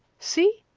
see,